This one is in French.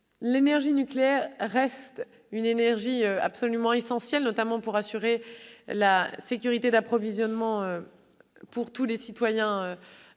L'énergie nucléaire reste absolument essentielle, notamment pour assurer la sécurité d'approvisionnement pour tous les Français,